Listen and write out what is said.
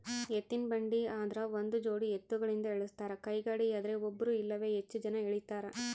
ಎತ್ತಿನಬಂಡಿ ಆದ್ರ ಒಂದುಜೋಡಿ ಎತ್ತುಗಳಿಂದ ಎಳಸ್ತಾರ ಕೈಗಾಡಿಯದ್ರೆ ಒಬ್ರು ಇಲ್ಲವೇ ಹೆಚ್ಚು ಜನ ಎಳೀತಾರ